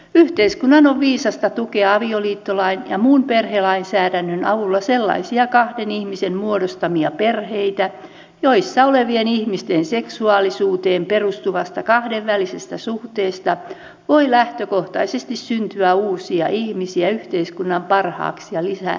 yhteiskunnan on viisasta tukea avioliittolain ja muun perhelainsäädännön avulla sellaisia kahden ihmisen muodostamia perheitä joissa olevien ihmisten seksuaalisuuteen perustuvasta kahdenvälisestä suhteesta voi lähtökohtaisesti syntyä uusia ihmisiä yhteiskunnan parhaaksi ja lisääntymiseksi